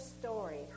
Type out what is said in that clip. story